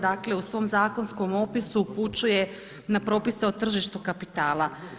Dakle, u svom zakonskom opisu upućuje na propise o tržištu kapitala.